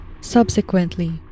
Subsequently